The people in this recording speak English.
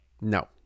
no